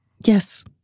Yes